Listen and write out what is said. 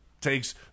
takes